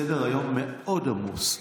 סדר-היום מאוד עמוס.